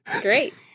great